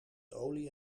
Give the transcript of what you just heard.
olie